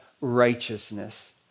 righteousness